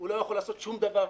הוא לא יכול לעשות שום דבר,